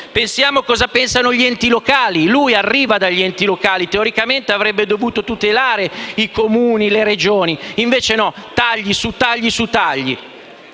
Pensiamo a cosa pensano gli enti locali: lui arriva dagli enti locali e teoricamente avrebbe dovuto tutelare i Comuni e le Regioni e invece no: tagli su tagli su tagli,